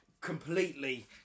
completely